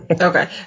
Okay